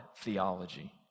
theology